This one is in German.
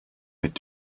mit